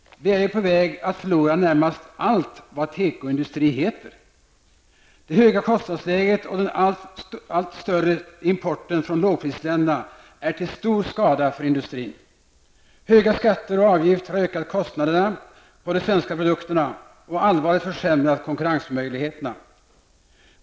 Vi är ju på väg att förlora allt vad tekoindustri heter. Det höga kostnadsläget och den allt större importen från lågprisländerna är till stor skada för industrin. Höga skatter och avgifter har ökat kostnaderna på de svenska produkterna och allvarligt försämrat konkurrensmöjligheterna.